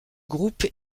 groupe